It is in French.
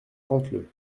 canteleu